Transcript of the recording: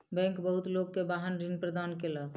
bank बहुत लोक के वाहन ऋण प्रदान केलक